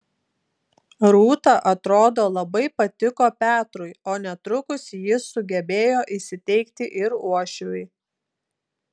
rūta atrodo labai patiko petrui o netrukus ji sugebėjo įsiteikti ir uošviui